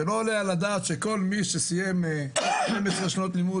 לא יעלה על הדעת שכל מי שסיים 12 שנות לימוד